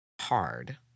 hard